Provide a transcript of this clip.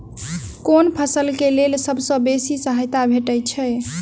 केँ फसल केँ लेल सबसँ बेसी सहायता भेटय छै?